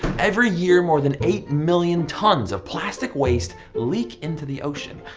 every year more than eight million tons of plastic waste leak into the ocean.